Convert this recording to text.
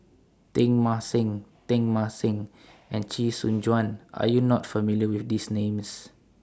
Teng Mah Seng Teng Mah Seng and Chee Soon Juan Are YOU not familiar with These Names